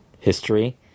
history